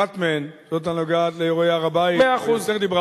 אחת מהן, זאת הנוגעת לאירועי הר-הבית, מאה אחוז.